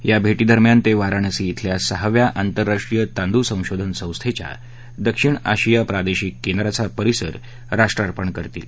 या भेटीदरम्यान ते वाराणसी क्रिल्या सहाव्या आंतरराष्ट्रीय तांदूळ संशोधन संस्थेच्या दक्षिण आशिया प्रादेशिक केंद्राचा परिसर राष्ट्रार्पण करतील